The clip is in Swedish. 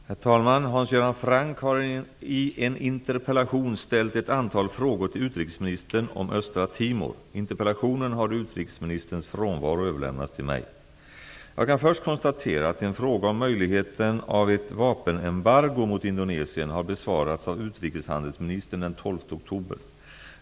Herr talman! Hans Göran Franck har i en interpellation ställt ett antal frågor till utrikesministern om Östra Timor. Interpellationen har i utrikesministerns frånvaro överlämnats till mig. Jag kan först konstatera att en fråga om möjligheten av ett vapenembargo mot Indonesien, har besvarats av utrikeshandelsministern den 12 oktober.